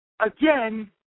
Again